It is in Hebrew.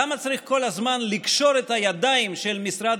למה צריך כל הזמן לקשור את הידיים של משרד